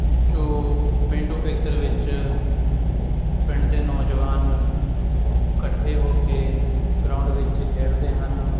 ਜੋ ਪੇਂਡੂ ਖੇਤਰ ਵਿੱਚ ਪਿੰਡ ਦੇ ਨੌਜਵਾਨ ਇਕੱਠੇ ਹੋ ਕੇ ਗਰਾਊਂਡ ਵਿੱਚ ਖੇਡਦੇ ਹਨ